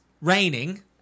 raining